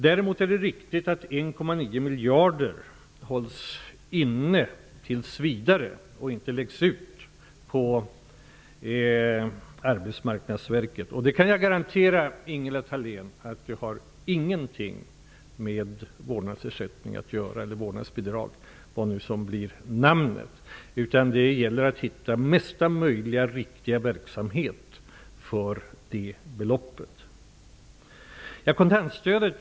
Däremot är det riktigt att 1,9 miljarder tills vidare hålls inne och inte läggs ut på Arbetsmarknadsverket. Jag kan garantera Ingela Thalén att det inte har någonting med vårdnadsbidraget att göra. Det gäller att hitta bästa möjliga verksamhet att använda medlen till.